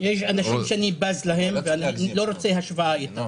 יש אנשים שאני בז להם ואני לא רוצה השוואה איתם.